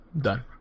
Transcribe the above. done